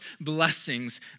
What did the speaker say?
blessings